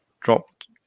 dropped